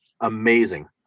Amazing